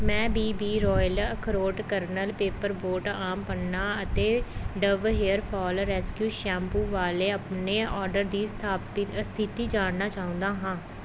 ਮੈਂ BB royal ਅਖਰੋਟ kernel paper boat aam panna ਅਤੇ Dove hair fall rescue shampoo ਵਾਲੇ ਆਪਣੇ ਓਡਰ ਦੀ ਸਥਾਪਿਤ ਸਥਿਤੀ ਜਾਣਨਾ ਚਾਹੁੰਦਾ ਹਾਂ